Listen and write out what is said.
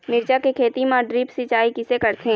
मिरचा के खेती म ड्रिप सिचाई किसे रथे?